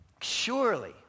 surely